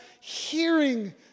hearing